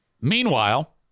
Meanwhile